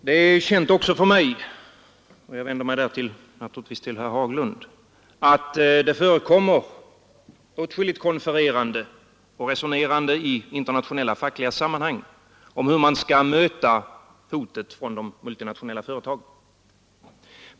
Herr talman! Det är känt även av mig — jag vänder mig där naturligtvis till herr Haglund — att det i internationella fackliga sammanhang förekommer åtskilligt konfererande och resonerande om hur man skall möta hotet från de multinationella företagen.